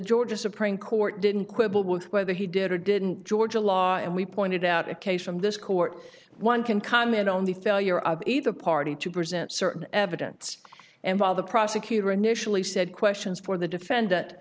georgia supreme court didn't quibble with whether he did or didn't georgia law and we pointed out a case from this court one can comment on the failure of either party to present certain evidence and while the prosecutor initially said questions for the defendant that